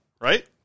right